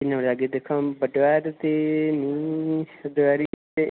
किन्ने बजे जाह्गे दिक्खां बडलै ते फ्ही दपैह्री सिद्धे